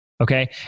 Okay